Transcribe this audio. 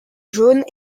jaunes